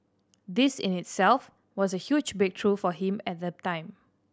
this in itself was a huge breakthrough for him at the time